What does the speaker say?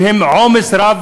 שהן עומס רב,